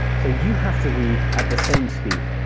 so you have to read at the same speed.